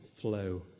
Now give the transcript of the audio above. flow